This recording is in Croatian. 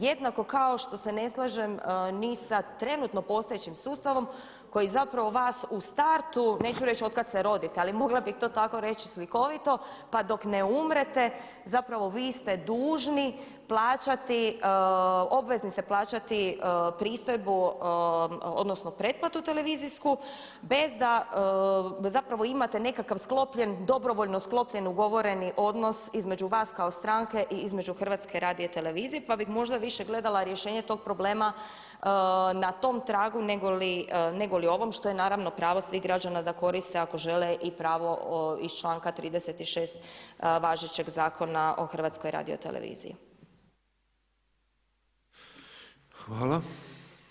Jednako kao što se ne slažem ni sa trenutno postojećim sustavom koji zapravo vas u startu neću reći otkad se rodite ali mogla bih to tako reći slikovito pa dok ne umrete zapravo vi ste dužni plaćati pristojbu odnosno pretplatu televizijsku bez da zapravo imate nekakav sklopljen dobrovoljno sklopljen ugovoreni odnos između vas kao stranke i između HRT-a pa bih možda više gledala rješenje tog problema na tom tragu negoli ovom što je naravno pravo svih građana da koriste ako žele i pravo iz članka 36. važećeg Zakona o HRT-u.